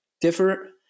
differ